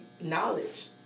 knowledge